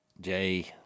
Jay